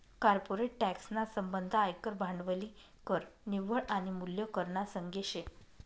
corporate tax ना संबंध आयकर, भांडवली कर, निव्वळ आनी मूल्य कर ना संगे शे